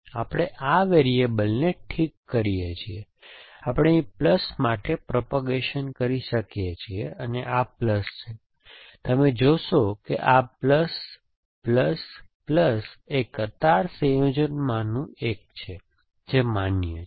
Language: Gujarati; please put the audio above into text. આપણે આ વેરીએબલને ઠીક કરીએ છીએ આપણે અહીં પ્લસ માટે પ્રોપેગેશન કરી શકીએ છીએ અને આ પ્લસ છે તમે જોશો કે આ પ્લસ પ્લસ પ્લસ એ કતાર સંયોજનમાંનું એક છે જે માન્ય છે